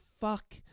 fuck